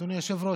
אדוני היושב-ראש,